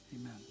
Amen